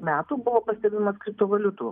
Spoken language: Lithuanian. metų buvo pastebimas kriptovaliutų